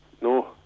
No